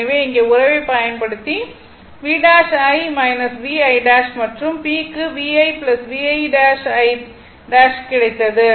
எனவே இங்கே உறவைப் பயன்படுத்தி V ' I VI' மற்றும் P க்கு VI V 'I கிடைத்தது